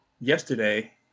Yesterday